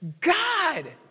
God